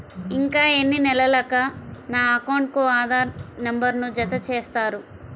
ఇంకా ఎన్ని నెలలక నా అకౌంట్కు ఆధార్ నంబర్ను జత చేస్తారు?